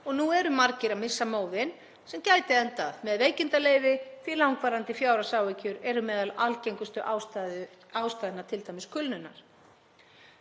Og nú eru margir að missa móðinn sem gæti endað með veikindaleyfi því að langvarandi fjárhagsáhyggjur eru meðal algengustu ástæðna t.d. kulnunar.